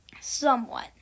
Somewhat